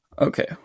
Okay